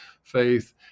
Faith